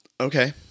Okay